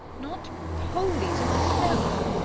not wholly to myself!